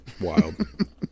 wild